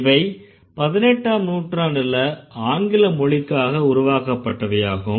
இவை 18ஆம் நூற்றாண்டுல ஆங்கில மொழிக்காக உருவாக்கப்பட்டவையாகும்